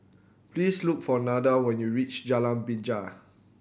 please look for Nada when you reach Jalan Binja